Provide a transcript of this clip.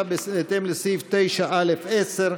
הממשלה בהתאם לסעיף 9(א)(8),